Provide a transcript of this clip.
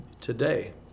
today